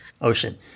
Ocean